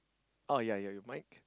oh ya ya you might